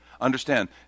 Understand